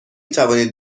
توانید